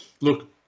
look